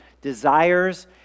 desires